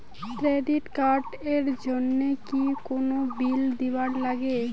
Credit card এর জন্যে কি কোনো বিল দিবার লাগে?